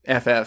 FF